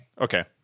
okay